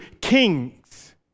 kings